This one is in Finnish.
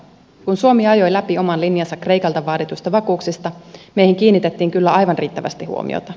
kun suomi ajoi läpi oman linjansa kreikalta vaadituista vakuuksista meihin kiinnitettiin kyllä aivan riittävästi huomiota